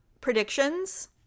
predictions